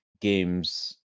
games